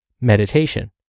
meditation